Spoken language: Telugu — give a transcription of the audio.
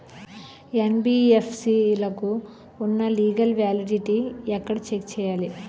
యెన్.బి.ఎఫ్.సి లకు ఉన్నా లీగల్ వ్యాలిడిటీ ఎక్కడ చెక్ చేయాలి?